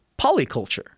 polyculture